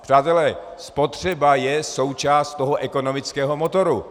Přátelé, spotřeba je součást ekonomického motoru.